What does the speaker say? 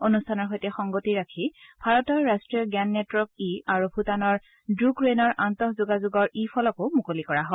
অনুষ্ঠানৰ সৈতে সংগতি ৰাখি ভাৰতৰ ৰাষ্ট্ৰীয় জ্ঞান নেটৱৰ্ক ই আৰু ভূটানৰ দ্ৰুক ৰেনৰ আন্তঃযোগাযোগৰ ই ফলকো মুকলি কৰা হয়